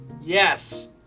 Yes